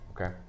okay